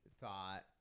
thought